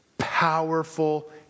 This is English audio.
powerful